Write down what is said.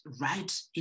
right